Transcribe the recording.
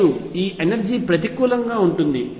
మరియు ఈ ఎనర్జీ ప్రతికూలంగా ఉంటుంది